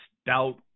stout